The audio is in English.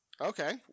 Okay